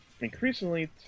increasingly